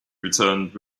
returned